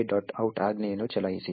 out ಆಜ್ಞೆಯನ್ನು ಚಲಾಯಿಸಿ